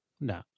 No